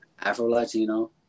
Afro-Latino